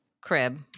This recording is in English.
crib